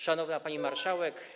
Szanowna Pani Marszałek!